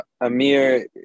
Amir